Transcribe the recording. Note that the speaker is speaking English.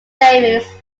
savings